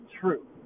true